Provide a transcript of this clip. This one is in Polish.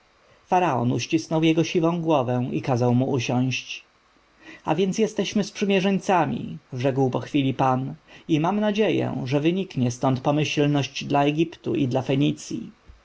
faraon uścisnął jego siwą głowę i kazał mu usiąść a więc jesteśmy sprzymierzeńcami rzekł po chwili pan i mam nadzieję że wyniknie stąd pomyślność dla egiptu i dla fenicji